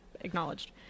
acknowledged